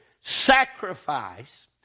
sacrifice